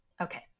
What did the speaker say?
Okay